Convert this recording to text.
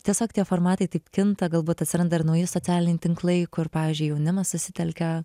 tiesiog tie formatai taip kinta galbūt atsiranda ir nauji socialiniai tinklai kur pavyzdžiui jaunimas susitelkia